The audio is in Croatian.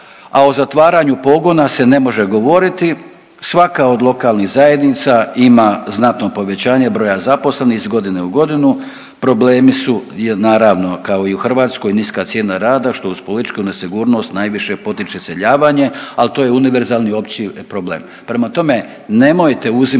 a o zatvaranju pogona se ne može govoriti. Svaka od lokalnih zajednica ima znatno povećanje broja zaposlenih iz godine u godinu, problemi su naravno kao i u Hrvatskoj, niska cijena rada što uz političku nesigurnost najviše potiče iseljavanje ali to je univerzalni opći problem. Prema tome, nemojte uzimati